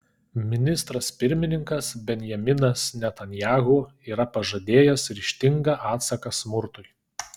ministras pirmininkas benjaminas netanyahu yra pažadėjęs ryžtingą atsaką smurtui